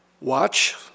Watch